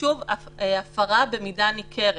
שוב, זו הפרה במידה ניכרת.